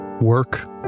work